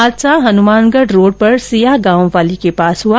हादसा हनुमानगढ रोड़ पर सिया गांववाली के पास हुआ